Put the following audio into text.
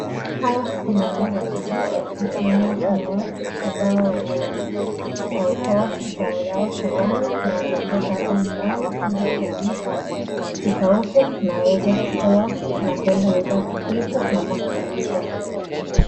Hapa ni maeneo ya kijiji na tunaona kuna watu ambao wametoa zao lao shambani na wameleta hapa nyumbani ili kuanika ikauke na weweze kutoa na kuenda labda kupika ama kuuza.